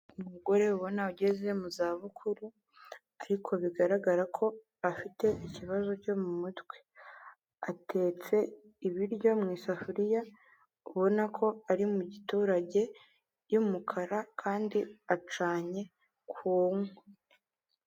Umugore ubona ugeze mu za bukuru, ariko bigaragara ko afite ikibazo cyo mu mutwe, atetse ibiryo mu isafuriya, ubona ko ari mu giturage, y'umukara kandi acanye ku nkwi.